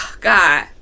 God